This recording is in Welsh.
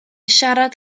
siarad